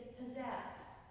possessed